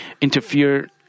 interfere